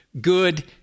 good